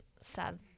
sad